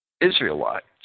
Israelites